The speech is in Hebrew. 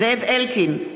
זאב אלקין,